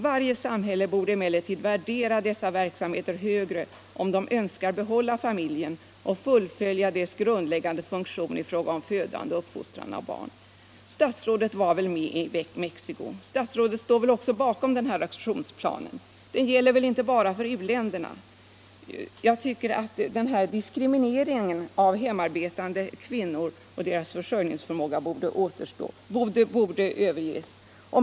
Varje samhälle borde emellertid värdera dessa verksamheter högre om de önskar behålla familjen och fullfölja dess grundläggande funktion i fråga om födande och uppfostran av barn.” Statsrådet var med i Mexico och står väl bakom den här aktionsplanen. Den gäller väl inte bara för u-länderna. Jag tycker att denna diskriminering av hemarbetande kvinnor och deras försörjningsförmåga borde överges.